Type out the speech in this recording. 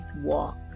walk